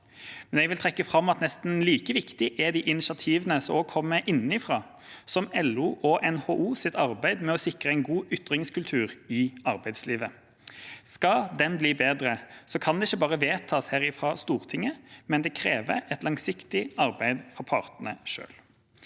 Men jeg vil trekke fram at nesten like viktig er de initiativene som kommer innenfra, som LOs og NHOs arbeid med å sikre en god ytringskultur i arbeidslivet. Skal den bli bedre, kan det ikke bare vedtas her fra Stortinget, det krever et langsiktig arbeid fra partene selv.